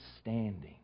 standing